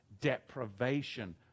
deprivation